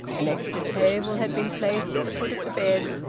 an extra table had been placed at the foot of the bed.